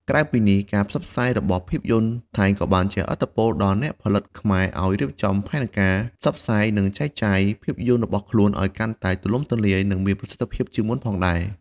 ក្រៅពីនេះ ការផ្សព្វផ្សាយរបស់ភាពយន្តថៃក៏បានជះឥទ្ធិពលដល់អ្នកផលិតខ្មែរឲ្យរៀបចំផែនការ ផ្សព្វផ្សាយ និងចែកចាយ ភាពយន្តរបស់ខ្លួនឲ្យបានកាន់តែទូលំទូលាយ និងមានប្រសិទ្ធភាពជាងមុនផងដែរ។